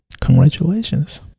congratulations